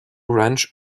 wrench